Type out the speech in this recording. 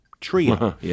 Trio